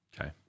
Okay